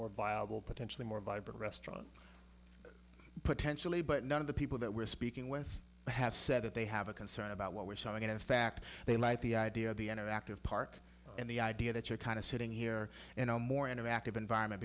more viable potentially more vibrant restaurant potentially but none of the people that we're speaking with have said that they have a concern about what we're showing and in fact they like the idea of the interactive park and the idea that you're kind of sitting here in a more interactive environment